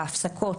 בהפסקות,